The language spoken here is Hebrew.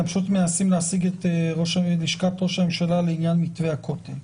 אנחנו פשוט מנסים להשיג את לשכת ראש הממשלה לעניין מתווה הכותל.